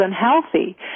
unhealthy